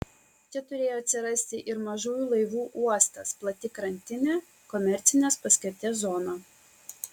čia turėjo atsirasti ir mažųjų laivų uostas plati krantinė komercinės paskirties zona